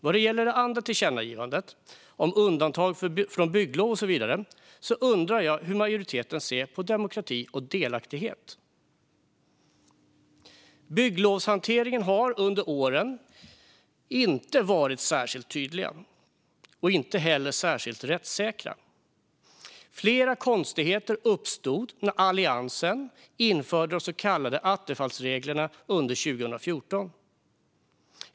Vad gäller det andra tillkännagivandet om undantag från bygglov och så vidare undrar jag hur majoriteten ser på demokrati och delaktighet. Bygglovshanteringen har under åren inte varit särskilt tydlig och inte heller rättssäker. Flera konstigheter uppstod när Alliansen införde de så kallade attefallsreglerna 2014.